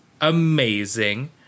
amazing